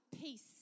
peace